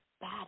bad